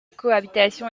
cohabitation